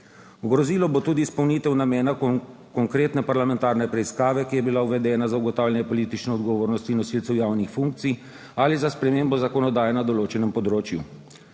Ogrozilo bo tudi izpolnitev namena konkretne parlamentarne preiskave, ki je bila uvedena za ugotavljanje politične odgovornosti nosilcev javnih funkcij ali za spremembo zakonodaje na določenem področju.